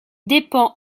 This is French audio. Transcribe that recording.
dépend